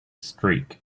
streak